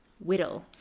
Whittle